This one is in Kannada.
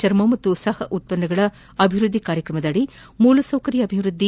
ಚರ್ಮ ಮತ್ತು ಸಹ ಉತ್ತನ್ನಗಳ ಅಭಿವೃದ್ದಿ ಕಾರ್ಯಕ್ರಮದಡಿ ಮೂಲ ಸೌಕರ್ಯ ಅಭಿವೃದ್ದಿ